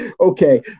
Okay